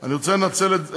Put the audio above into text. אני רוצה לנצל את